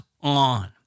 on